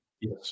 yes